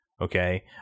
Okay